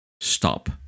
Stop